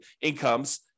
incomes